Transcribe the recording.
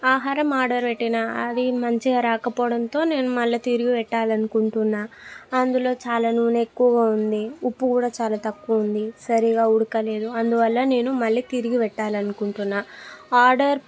ఆహారం ఆర్డర్ పెట్టినా అది మంచిగా రాకపోవడంతో నేను మళ్ళీ తిరిగి పెట్టాలి అనుకుంటున్నాను అందులో చాలా నూనె ఎక్కువగా ఉంది ఉప్పు కూడా చాలా తక్కువగా ఉంది సరిగ్గా ఉడకలేదు అందువల్ల నేను మళ్ళీ తిరిగి పెట్టాలని అనుకుంటున్నాను ఆర్డర్